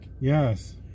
Yes